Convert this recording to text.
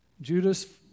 Judas